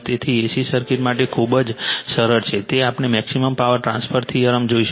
તેથી A C circuit માટે પણ ખૂબ જ સરળ છે કે આપણે મેક્સિમમ પાવર ટ્રાન્સફર થિયરમ જોઈશું